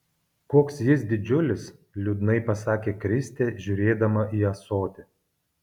koks jis didžiulis liūdnai pasakė kristė žiūrėdama į ąsotį